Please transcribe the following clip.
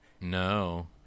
no